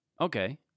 Okay